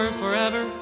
forever